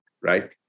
right